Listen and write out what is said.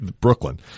Brooklyn